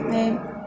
ओमफाय